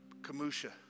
Kamusha